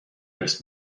حرص